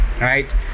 right